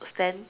stand